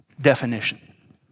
definition